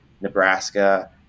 Nebraska